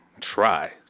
try